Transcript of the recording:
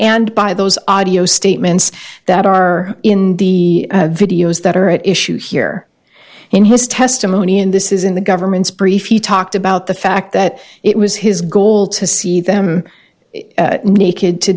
and by those audio statements that are in the videos that are at issue here in his testimony and this is in the government's brief he talked about the fact that it was his goal to see them naked to